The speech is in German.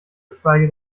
geschweige